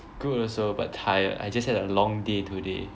good also but tired I just had a long day today